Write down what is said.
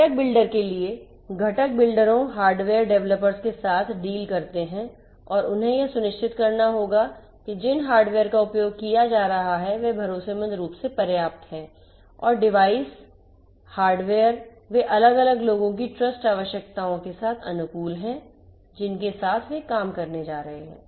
घटक बिल्डर के लिए घटक बिल्डरों हार्डवेयर डेवलपर्स के साथ डील करते हैं और उन्हें यह सुनिश्चित करना होगा कि जिन हार्डवेयर का उपयोग किया जा रहा है वे भरोसेमंद रूप से पर्याप्त हैं और डिवाइस हार्डवेयर वे अलग अलग लोगों की ट्रस्ट आवश्यकताओं के साथ अनुकूल हैं जिनके साथ वे काम करने जा रहे हैं